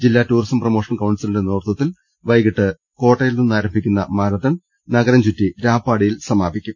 ജില്ലാ tourism promotion കൌൺസിലിന്റെ നേതൃത്വത്തിൽ വൈകിട്ട് കോട്ടയിൽ നിന്നാരംഭിക്കുന്ന മാരത്തൺ നഗരം ചുറ്റി രാപ്പാടിയിൽ അവസാനിക്കും